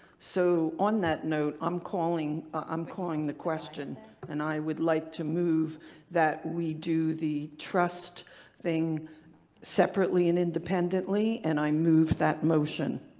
so on that note, i'm calling. i'm calling the question and i would like to move that we do the trust thing separately and independently and i move that motion.